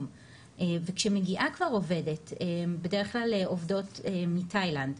וכשמגיעה כבר עובדת בד"כ עובדות מתאילנד,